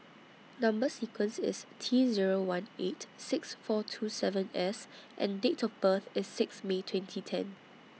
Number sequence IS T Zero one eight six four two seven S and Date of birth IS six May twenty ten